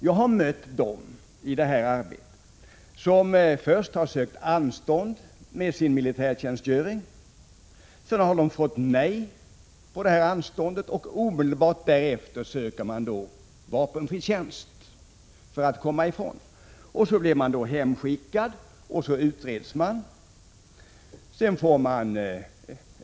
Jag har i detta arbete mött sådana som först sökt anstånd med sin militärtjänst, men sedan de fått nej på detta anstånd omedelbart därefter sökt vapenfri tjänst för att komma ifrån. Då blir man hemskickad och ens fall utreds.